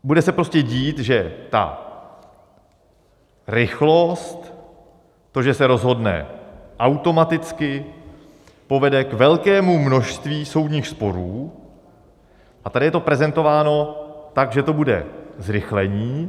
Bude se prostě dít, že ta rychlost, to, že se rozhodne automaticky, povede k velkému množství soudních sporů, a tady je to prezentováno tak, že to bude zrychlení.